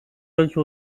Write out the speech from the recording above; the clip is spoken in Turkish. belki